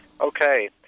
Okay